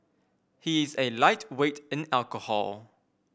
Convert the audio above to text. he is a lightweight in alcohol